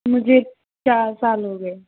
मुझे चार साल हो गए